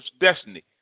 destiny